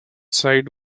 side